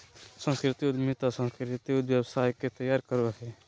सांस्कृतिक उद्यमिता सांस्कृतिक व्यवसाय के तैयार करो हय